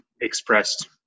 expressed